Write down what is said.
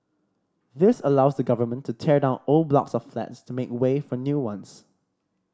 this allows the government to tear down old blocks of flats to make way for new ones